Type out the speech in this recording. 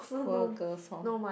poor girls hor